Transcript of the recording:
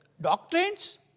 Doctrines